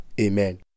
Amen